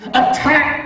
attack